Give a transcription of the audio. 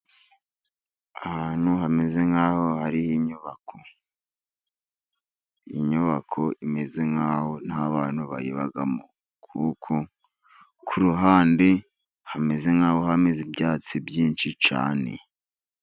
Ahantu hameze nk'aho hari inyubako. Inyubako imeze nk'aho nta bantu bayibamo. Kuko ku ruhande hameze nk'aho hameze ibyatsi byinshi cyane.